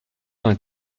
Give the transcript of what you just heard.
vingt